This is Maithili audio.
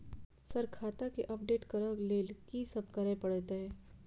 सर खाता केँ अपडेट करऽ लेल की सब करै परतै?